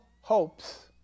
hopes